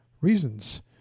reasons